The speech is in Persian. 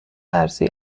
ارزی